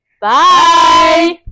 Bye